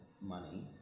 money